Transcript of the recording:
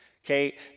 Okay